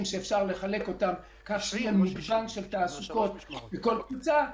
שאפשר לחלק אותם לפי מגוון התעסוקות בכל קבוצה,